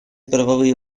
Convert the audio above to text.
правовые